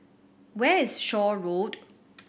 where is Shaw Road